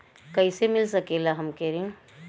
कइसे मिल सकेला हमके ऋण?